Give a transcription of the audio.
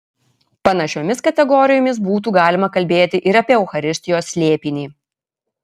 panašiomis kategorijomis būtų galima kalbėti ir apie eucharistijos slėpinį